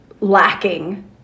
lacking